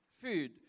food